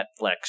Netflix